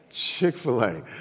Chick-fil-A